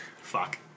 fuck